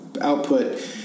Output